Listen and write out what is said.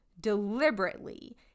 deliberately